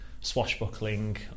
swashbuckling